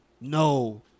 no